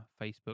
Facebook